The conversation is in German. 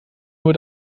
nur